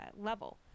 level